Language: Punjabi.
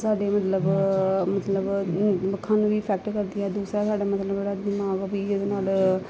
ਸਾਡੇ ਮਤਲਬ ਮਤਲਬ ਅੱਖਾਂ ਨੂੰ ਵੀ ਫੈਕਟ ਕਰਦੀ ਹੈ ਦੂਸਰਾ ਸਾਡਾ ਮਤਲਬ ਜਿਹੜਾ ਦਿਮਾਗ ਵੀ ਇਹਦੇ ਨਾਲ